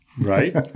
right